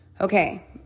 Okay